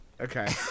Okay